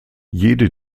jede